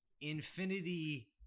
Infinity